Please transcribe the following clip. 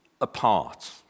apart